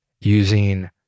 using